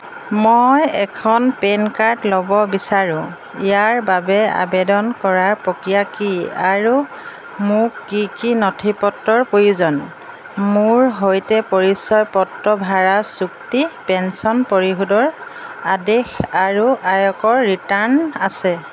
মই এখন PAN card ল'ব বিচাৰোঁ ইয়াৰ বাবে আবেদন কৰাৰ প্ৰক্ৰিয়া কি আৰু মোক কি কি নথিপত্ৰৰ প্ৰয়োজন মোৰ সৈতে পৰিচয় পত্ৰ ভাড়া চুক্তি পেন্সন পৰিশোধৰ আদেশ আৰু আয়কৰ ৰিটাৰ্ণ আছে